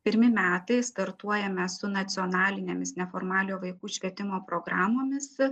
pirmi metai startuojame su nacionalinėmis neformaliojo vaikų švietimo programomis